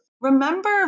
Remember